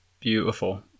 beautiful